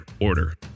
order